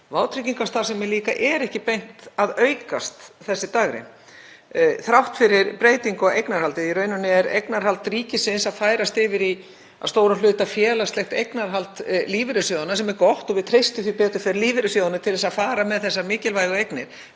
vátryggingastarfsemi líka, ekki beint að aukast þessi dægrin, þrátt fyrir breytingu á eignarhaldi. Í rauninni er eignarhald ríkisins að færast yfir í að stórum hluta félagslegt eignarhald lífeyrissjóðanna, sem er gott og við treystum sem betur fer lífeyrissjóðunum til að fara með þessar mikilvægu eignir.